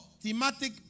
Thematic